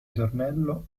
ritornello